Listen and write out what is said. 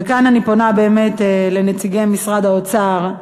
וכאן אני פונה לנציגי משרד האוצר,